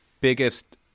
biggest